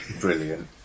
Brilliant